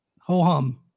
ho-hum